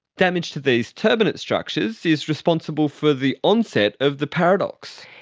damage to these turbinate structures is responsible for the onset of the paradox.